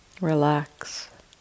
Relax